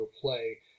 play